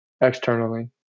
externally